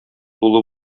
тулы